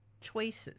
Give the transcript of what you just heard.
choices